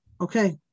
okay